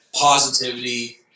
positivity